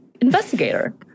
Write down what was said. investigator